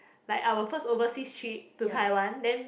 like our first overseas trip to Taiwan then